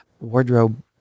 wardrobe